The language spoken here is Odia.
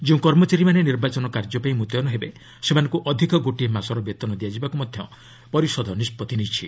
ଯେଉଁ କର୍ମଚାରୀମାନେ ନିର୍ବାଚନ କାର୍ଯ୍ୟପାଇଁ ମୁତୟନ ହେବେ ସେମାନଙ୍କୁ ଅଧିକ ଗୋଟିଏ ମାସର ବେତନ ଦିଆଯିବାକୁ ମଧ୍ୟ ପରିଷଦ ନିଷ୍ପଭି ନେଇଛି